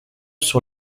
sur